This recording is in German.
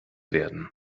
werden